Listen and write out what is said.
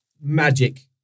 magic